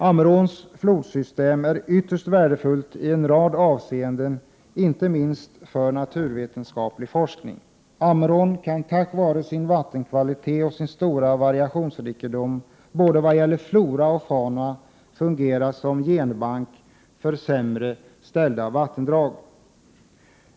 Ammeråns flodsystem är ytterst värdefullt i en rad avseenden, inte minst för naturvetenskaplig forskning. Ammerån kan tack vare sin vattenkvalitet och sin stora variationsrikedom när det gäller både flora och fauna fungera som genbank för med vattendrag med sämre förutsättningar i dessa avseenden.